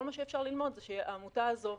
כל מה שאפשר ללמוד זה שהעמותה הזאת,